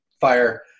fire